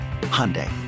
Hyundai